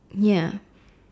ya